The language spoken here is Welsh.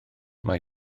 mae